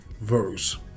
verse